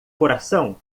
coração